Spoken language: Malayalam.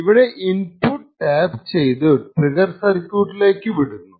ഇവിടെ ഇൻപുട്ട് ടാപ്പ് ചെയ്തു ട്രിഗ്ഗർ സർക്യൂട്ടിലേക്കു വിടുന്നു